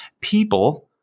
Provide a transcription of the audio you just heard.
people